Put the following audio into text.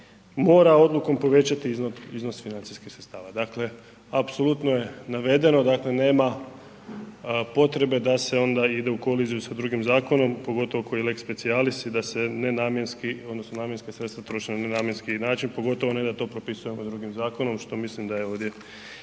mora odlukom povećati iznos financijskih sredstava. Dakle apsolutno je navedeno, nema potrebe da se onda ide u koliziju s drugim zakonom, pogotovo koji je lex specialis i da se nenamjenski odnosno namjenska sredstva troše na nenamjenski način, pogotovo ne da to propisujemo drugim zakonom što mislim da je ovdje